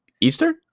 Eastern